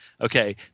Okay